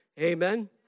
Amen